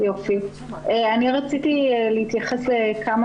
אני רציתי להתייחס לכמה